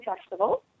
Festival